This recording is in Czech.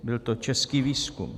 Byl to český výzkum.